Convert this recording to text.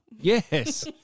Yes